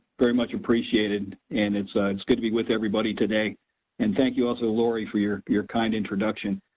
very much appreciated and it's ah it's good to be with everybody today and thank you also laurie for your your kind introduction.